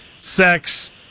sex